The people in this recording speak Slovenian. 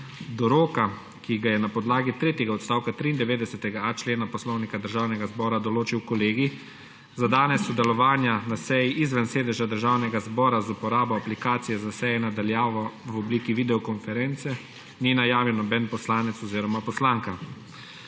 Do roka, ki ga je na podlagi tretjega odstavka 93.a člena Poslovnika Državnega zbora določil Kolegij, za danes sodelovanja na seji izven sedeža Državnega zbora z uporabo aplikacije za seje na daljavo v obliki videokonference ni najavil noben poslanec oziroma poslanka.